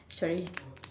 sorry